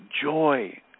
joy